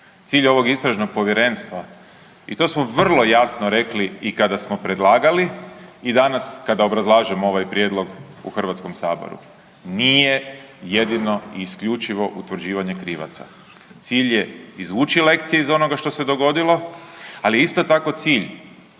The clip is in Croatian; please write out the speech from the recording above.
Cilj ovog istražnog povjerenstva i to smo vrlo jasno rekli i kada smo predlagali i danas kada obrazlažemo ovaj prijedlog u Hrvatskom saboru. Nije jedino i isključivo utvrđivanje krivaca. Cilj je izvući lekcije iz onoga što se dogodilo. Ali je isto tako cilj